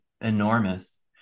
enormous